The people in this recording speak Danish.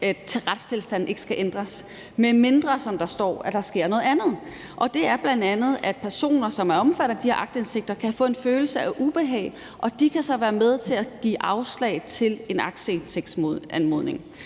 at retstilstanden ikke skal ændres, medmindre – som der står – at der sker noget andet, og det er bl.a., at personer, som er omfattet af den her aktindsigt, kan få en følelse af ubehag, og de kan så være med til at give afslag til en aktindsigtsanmodning.